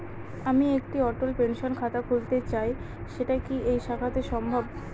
আমি একটি অটল পেনশন খাতা খুলতে চাই সেটা কি এই শাখাতে সম্ভব?